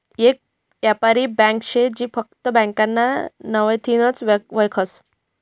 येक यापारी ब्यांक शे जी फकस्त ब्यांकना नावथीनच वयखतस